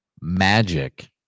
magic